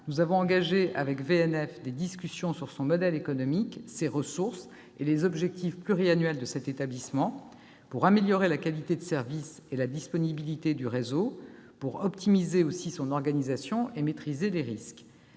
nous avons engagé avec VNF des discussions sur le modèle économique, les ressources et les objectifs pluriannuels de cet établissement, afin d'améliorer la qualité de service et la disponibilité du réseau, d'optimiser son organisation et de maîtriser les risques.